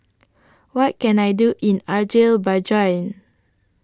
What Can I Do in Azerbaijan